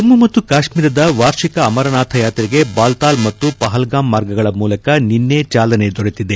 ಜಮ್ಮ ಮತ್ತು ಕಾಶ್ಮೀರದ ವಾರ್ಷಿಕ ಅಮರನಾಥ ಯಾತ್ರೆಗೆ ಬಾಲ್ತಾಲ್ ಮತ್ತು ಪಹಲ್ಗಾಮ್ ಮಾರ್ಗಗಳ ಮೂಲಕ ನಿನ್ನೆ ಚಾಲನೆ ದೊರೆತಿದೆ